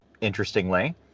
interestingly